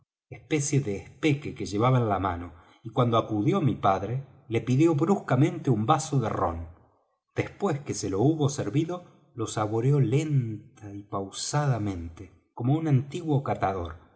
especie de espeque que llevaba en la mano y cuando acudió mi padre le pidió bruscamente un vaso de rom después que se le hubo servido lo saboreó lenta y pausadamente como un antiguo catador